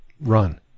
run